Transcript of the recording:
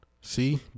See